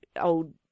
old